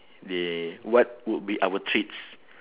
they what would be our treats